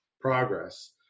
progress